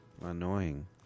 annoying